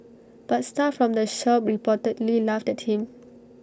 but staff from the shop reportedly laughed at him